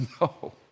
No